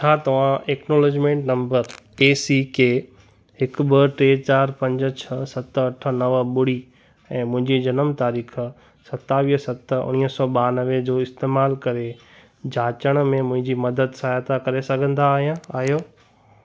छा तव्हां acknowledgement number A C K हिकु ॿ टे चार पंज छह सत अठ नव ॿुड़ी ऐं मुंहिंजी जनमु तारीख़ सतावीह सत उणिवीह सौ ॿियानवे जो इस्तेमालु करे जाचण में मुंहिंजी मदद सहायता करे सघंदा आया आहियो